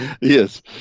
yes